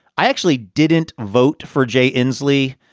i actually didn't vote for jay inslee.